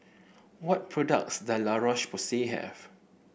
what products does La Roche Porsay have